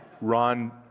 Ron